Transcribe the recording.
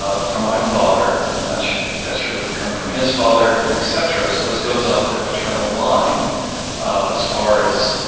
ah from my father. and that should that should have come from his father, and et cetera. so this goes up the paternal line as far as,